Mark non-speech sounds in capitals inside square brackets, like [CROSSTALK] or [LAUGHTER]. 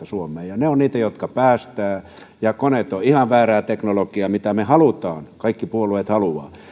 [UNINTELLIGIBLE] suomeen ne ovat niitä jotka päästävät ja koneet ovat ihan väärää teknologiaa suhteessa siihen mitä me haluamme mitä kaikki puolueet haluavat